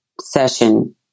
session